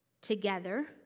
Together